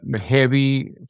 heavy